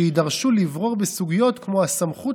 שיידרשו לברור בסוגיות כמו הסמכות